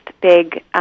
big